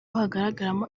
hagaragaramo